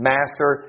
Master